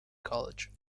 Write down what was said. college